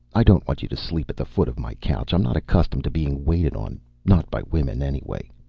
i don't want you to sleep at the foot of my couch. i'm not accustomed to being waited on not by women, anyway.